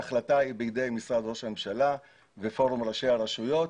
ההחלטה היא בידי משרד ראש הממשלה ופורום ראשי הרשויות,